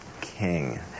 King